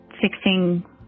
fixing